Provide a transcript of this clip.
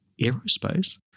Aerospace